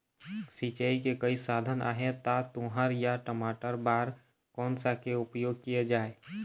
सिचाई के कई साधन आहे ता तुंहर या टमाटर बार कोन सा के उपयोग किए जाए?